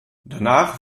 danach